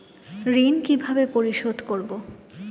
ঋণ কিভাবে পরিশোধ করব?